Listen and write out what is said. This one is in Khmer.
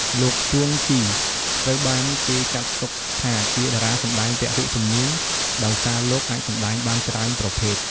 លោក ជួង ជី ត្រូវបានគេចាត់ទុកថាជាតារាសម្តែងពហុជំនាញ ដោយសារលោកអាចសម្តែងបានច្រើនប្រភេទ។